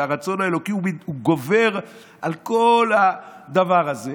הרצון האלוקי גובר על כל הדבר הזה,